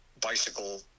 bicycle